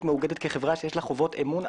מאוגדת כחברה שיש לה חובות אמון,